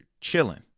chilling